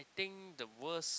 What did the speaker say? think the worst